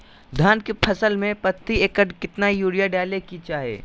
धान के फसल में प्रति एकड़ कितना यूरिया डाले के चाहि?